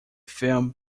film